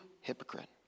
hypocrite